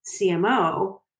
CMO